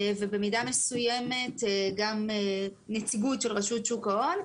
במידה מסוימת גם נציגות של רשות שוק ההון.